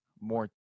more